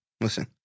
Listen